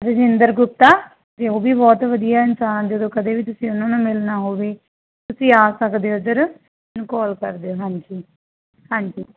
ਰਜਿੰਦਰ ਗੁਪਤਾ ਜੀ ਉਹ ਵੀ ਬਹੁਤ ਵਧੀਆ ਇਨਸਾਨ ਜਦੋਂ ਕਦੇ ਵੀ ਤੁਸੀਂ ਉਹਨਾਂ ਨੂੰ ਮਿਲਣਾ ਹੋਵੇ ਤੁਸੀਂ ਆ ਸਕਦੇ ਹੋ ਇੱਧਰ ਮੈਨੂੰ ਕੌਲ ਕਰ ਦਿਉ ਹਾਂਜੀ ਹਾਂਜੀ